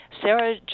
Sarah